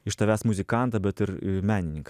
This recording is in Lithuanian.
iš tavęs muzikantą bet ir menininką